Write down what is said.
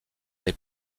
les